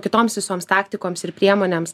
kitoms visoms taktikoms ir priemonėms